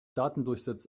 datendurchsatz